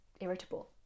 irritable